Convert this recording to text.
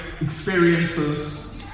experiences